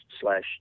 slash